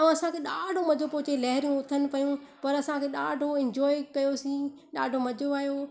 ऐं असांखे ॾाढो मज़े पियो अचे लहिरियूं उथनि पियूं पर असांखे ॾाढो इंजॉय कयोसीं ॾाढो मज़ो आयो